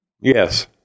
Yes